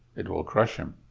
it will crush him.